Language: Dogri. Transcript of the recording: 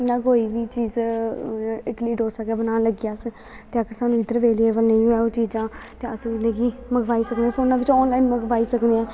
इयां कोई बी चीज़ इडली डोसा गै बनान लगे अस ते अगर इध्दर अवेलेवल नेंई होऐ ओह् चीजां ते अस मतलव कि मंगवाई सकनें फोनां बिच्च आन लाईन मंगवाई सकनें न